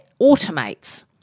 automates